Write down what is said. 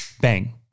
bang